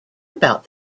about